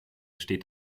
steht